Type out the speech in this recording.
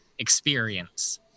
experience